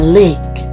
lake